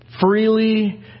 freely